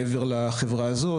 מעבר לחברה הזאת,